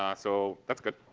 um so that's good.